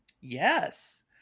Yes